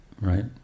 right